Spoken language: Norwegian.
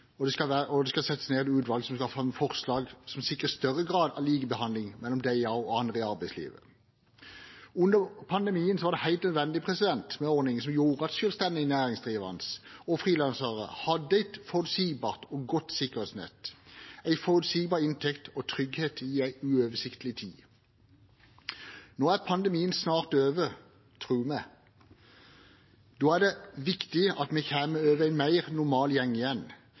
disse gruppene skal forlenges. Og det skal settes ned et utvalg som skal fremme forslag som sikrer større grad av likebehandling mellom disse og andre i arbeidslivet. Under pandemien var det helt nødvendig med ordninger som gjorde at selvstendig næringsdrivende og frilansere hadde et forutsigbart og godt sikkerhetsnett, en forutsigbar inntekt og trygghet i en uoversiktlig tid. Nå er pandemien snart over, tror vi. Da er det viktig at vi kommer over i mer normalt gjenge igjen.